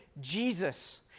Jesus